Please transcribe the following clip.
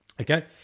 Okay